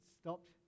stopped